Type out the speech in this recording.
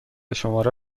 شماره